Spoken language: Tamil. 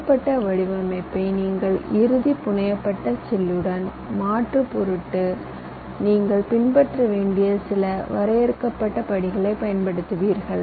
கொடுக்கப்பட்ட வடிவமைப்பை நீங்கள் இறுதி புனையப்பட்ட சில்லுடன் மாற்றும் பொருட்டு நீங்கள் பின்பற்ற வேண்டிய சில வரையறுக்கப்பட்ட படிகளைப் பயன்படுத்துவீர்கள்